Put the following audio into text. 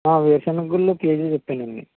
వేరుసెనగుళ్ళు KG చెప్పానండి